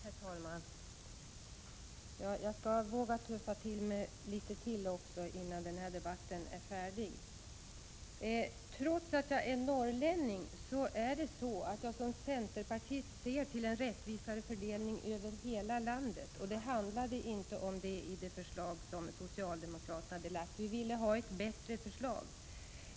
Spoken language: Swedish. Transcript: Herr talman! Jag skall våga tuffa till mig litet till innan den här debatten är slut. Trots att jag är norrlänning ser jag som centerpartist till en rättvisare fördelning över hela landet. Och det handlade inte om det i det förslag som socialdemokraterna hade lagt fram. Vi ville ha ett bättre förslag.